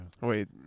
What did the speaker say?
Wait